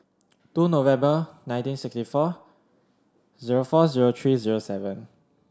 two November nineteen sixty four zero four zero three zero seven